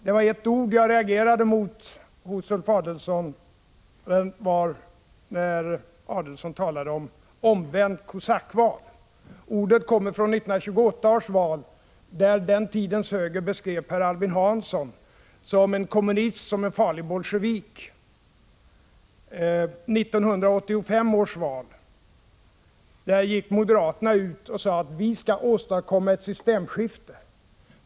Det var ett ord jag reagerade mot hos Ulf Adelsohn, när han talade om ett omvänt kosackval. Ordet kommer från 1928 års val, där den tidens höger beskrev Per Albin Hansson som kommunist och farlig bolsjevik. I 1985 års val gick moderaterna ut och sade: Vi skall åstadkomma ett systemskifte.